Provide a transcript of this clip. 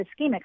ischemic